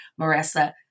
Marissa